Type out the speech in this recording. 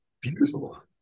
Beautiful